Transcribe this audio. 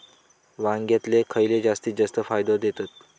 वांग्यातले खयले जाती जास्त फायदो देतत?